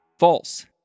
False